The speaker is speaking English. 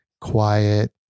quiet